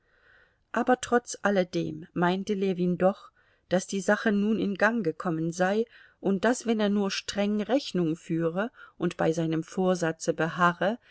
aber trotz alledem meinte ljewin doch daß die sache nun in gang gekommen sei und daß wenn er nur streng rechnung führe und bei seinem vorsatze beharre